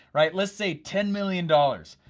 right? lets say ten million dollars.